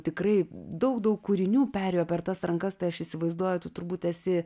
tikrai daug daug kūrinių perėjo per tas rankas tai aš įsivaizduoju tu turbūt esi